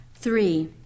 Three